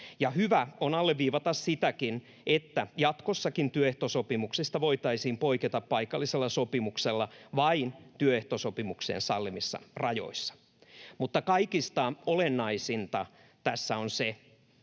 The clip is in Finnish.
Hyvä on alleviivata sitäkin, että jatkossakin työehtosopimuksista voitaisiin poiketa paikallisella sopimuksella vain työehtosopimuksen sallimissa rajoissa. Mutta kaikista olennaisinta tässä on se,